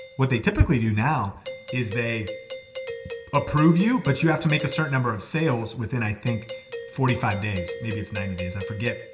what they typically do now is they approve you, but you have to make a certain number of sales within i think forty five days. maybe it's ninety days, i forget.